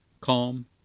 calm